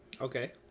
Okay